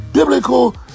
Biblical